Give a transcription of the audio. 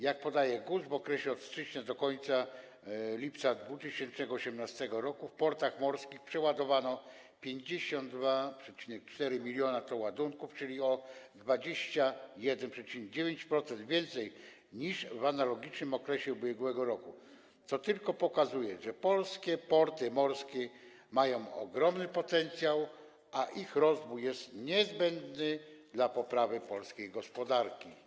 Jak podaje GUS, w okresie od stycznia do końca lipca 2018 r. w portach morskich przeładowano 52,4 mln t ładunków, czyli o 21,9% więcej niż w analogicznym okresie ubiegłego roku, co tylko pokazuje, że polskie porty morskie maja ogromny potencjał, a ich rozwój jest niezbędny dla poprawy polskiej gospodarki.